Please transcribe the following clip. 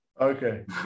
okay